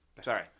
Sorry